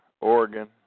Oregon